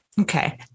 Okay